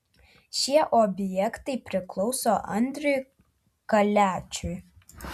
šie objektai priklauso andriui kaliačiui